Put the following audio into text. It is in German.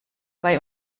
bei